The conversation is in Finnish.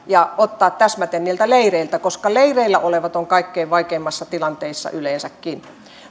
ja ottaa täsmäten sieltä niiltä leireiltä koska leireillä olevat ovat kaikkein vaikeimmassa tilanteessa yleensäkin